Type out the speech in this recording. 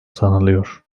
sanılıyor